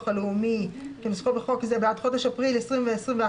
הלאומי כנוסחו בחוק זה בעד חודש אפריל 2021 ואילך